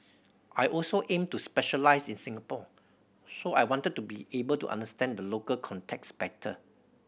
I also aim to specialise in Singapore so I wanted to be able to understand the local context better